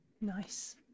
Nice